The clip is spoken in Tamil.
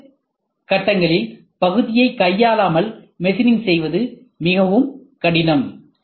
பல்வேறு கட்டங்களில் பகுதியைக் கையாளாமல் மெஷினிங் செய்வது மிகவும் கடினம்